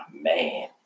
man